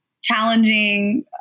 challenging